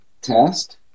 test